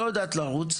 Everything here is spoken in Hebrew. לא יודעת לרוץ?